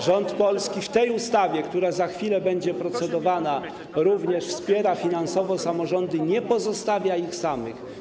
Rząd polski w tej ustawie, która za chwilę będzie procedowana, również wspiera finansowo samorządy, nie pozostawia ich samych.